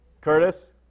Curtis